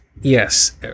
yes